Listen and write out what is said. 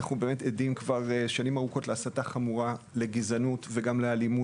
אנחנו עדים כבר שנים ארוכות להסתה חמורה לגזענות ולאלימות